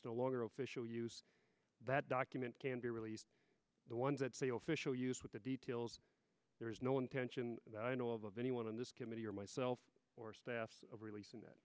still longer official use that document can be released the ones that say official us with the details there is no intention that i know of anyone on this committee or myself or staff of releasing that